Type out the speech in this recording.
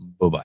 Bye-bye